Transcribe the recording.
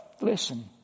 Listen